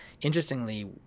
Interestingly